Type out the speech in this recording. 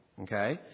Okay